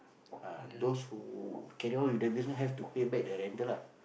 uh those who carry on with the business have to pay back the rental lah